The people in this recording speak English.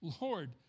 Lord